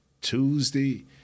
Tuesday